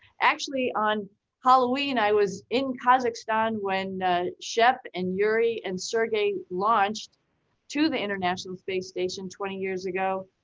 actually on halloween, i was in kazakhstan when shepherd, and yuri, and sergei launched to the international space station twenty years ago.